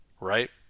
Right